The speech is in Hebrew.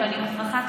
אני מוכרחה,